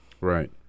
Right